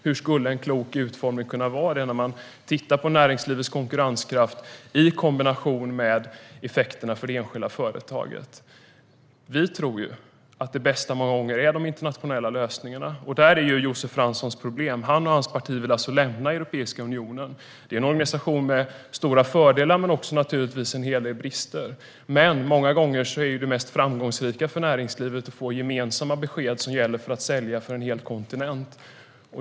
Hur skulle en klok utformning kunna se ut när man tittar på näringslivets konkurrenskraft i kombination med effekterna för det enskilda företaget? Vi tror att det bästa många gånger är de internationella lösningarna. Det är Josef Franssons problem. Han och hans parti vill lämna Europeiska unionen. Det är en organisation med stora fördelar, men naturligtvis också med en hel del brister. Men många gånger är det mest framgångsrika för näringslivet att få gemensamma besked som gäller för att sälja till en hel kontinent.